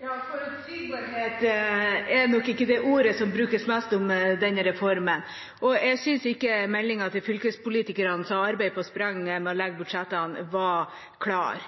Forutsigbarhet er nok ikke det ordet som brukes mest om denne reformen. Jeg synes ikke meldingen til fylkespolitikerne som arbeider på spreng med å legge budsjettene, var klar.